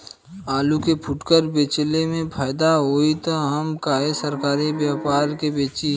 आलू के फूटकर बेंचले मे फैदा होई त हम काहे सरकारी व्यपरी के बेंचि?